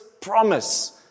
promise